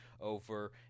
over